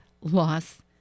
Loss